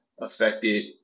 affected